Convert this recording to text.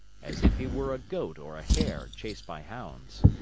as if he were a goat or a hare chased by hounds.